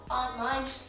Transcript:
online